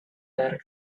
their